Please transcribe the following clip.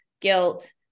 guilt